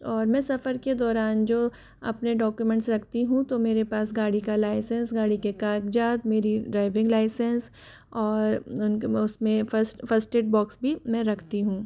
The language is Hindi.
और मैं सफर के दौरान जो अपने जो डाक्यूमेंट्स रखती हूँ तो मेरे पास गाड़ी का लाइसेंस गाड़ी के कागज़ात मेरी ड्राइविंग लाइसेंस और उसमें फर्स्ट ऐड बॉक्स भी मैं रखती हूँ